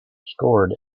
scored